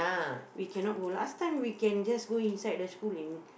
we cannot go last time we can just go inside the school and